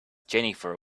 jennifer